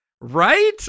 Right